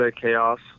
chaos